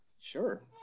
sure